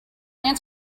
ants